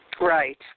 Right